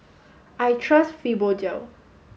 I trust Fibogel